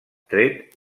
tret